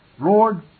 Lord